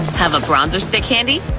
have a bronzer stick handy?